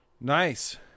Nice